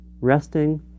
Resting